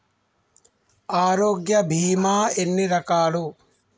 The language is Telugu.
ఆరోగ్య బీమా ఎన్ని రకాలు?